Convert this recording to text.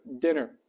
dinner